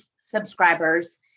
subscribers